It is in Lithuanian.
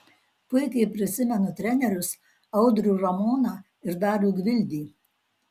puikiai prisimenu trenerius audrių ramoną ir darių gvildį